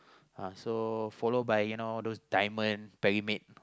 uh so follow by you know those diamond pyramid